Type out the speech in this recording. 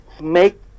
make